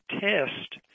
test